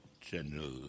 general